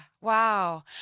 Wow